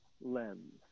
lens